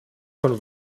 von